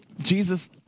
Jesus